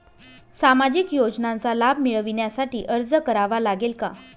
सामाजिक योजनांचा लाभ मिळविण्यासाठी अर्ज करावा लागेल का?